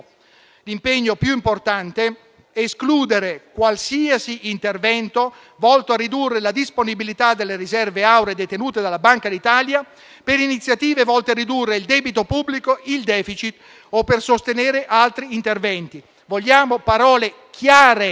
l'impegno più importante: escludere qualsiasi intervento volto a ridurre la disponibilità delle riserve auree detenute dalla Banca d'Italia per iniziative volte a ridurre il debito pubblico, il *deficit* o per sostenere altri interventi. Vogliamo parole chiare